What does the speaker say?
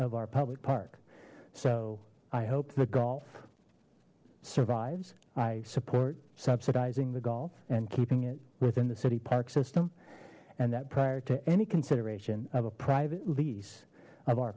of our public park so i hope the golf survives i support subsidizing the golf and keeping it within the city park system and that prior to any consideration of a private lease of our